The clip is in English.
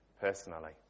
personally